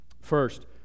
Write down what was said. First